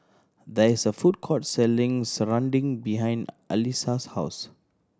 there is a food court selling serunding behind Allyssa's house